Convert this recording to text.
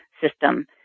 system